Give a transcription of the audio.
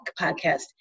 podcast